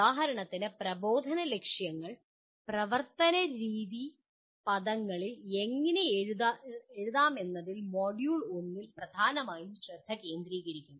ഉദാഹരണത്തിന് പ്രബോധന ലക്ഷ്യങ്ങൾ പ്രവർത്തനരീതി പദങ്ങളിൽ എങ്ങനെ എഴുതാമെന്നതിൽ മൊഡ്യൂൾ 1 പ്രധാനമായും ശ്രദ്ധ കേന്ദ്രീകരിക്കും